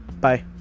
bye